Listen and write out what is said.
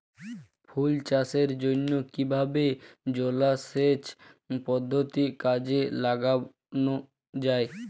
ফুল চাষের জন্য কিভাবে জলাসেচ পদ্ধতি কাজে লাগানো যাই?